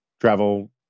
travel